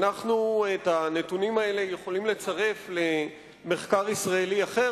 את הנתונים האלה אנחנו יכולים לצרף למחקר ישראלי אחר,